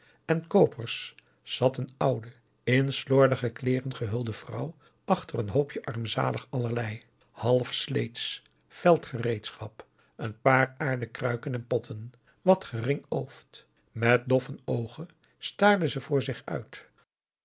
en koopers zat een oude in slordige kleeren gehulde vrouw achter een hoopje armzalig allerlei halfsleetsch veldgereedschap een paar aarden kruiken en potten wat gering ooft met doffe oogen staarde ze voor zich uit